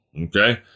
okay